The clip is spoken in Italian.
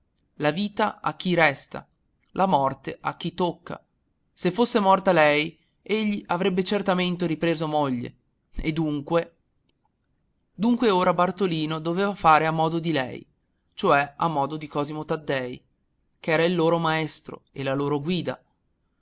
la vita a chi resta la morte a chi tocca se fosse morta lei egli avrebbe certamente ripreso moglie e dunque dunque ora bartolino doveva fare a modo di lei cioè a modo di cosimo taddei ch'era il loro maestro e la loro guida